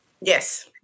Yes